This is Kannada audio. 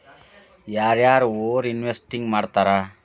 ಯಾರ ಯಾರ ಓವರ್ ಇನ್ವೆಸ್ಟಿಂಗ್ ಮಾಡ್ತಾರಾ